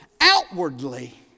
outwardly